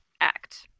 act